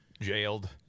jailed